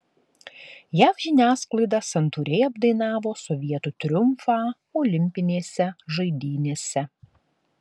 jav žiniasklaida santūriai apdainavo sovietų triumfą olimpinėse žaidynėse